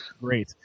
great